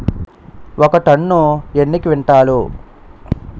ఒక టన్ను ఎన్ని క్వింటాల్లు?